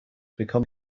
become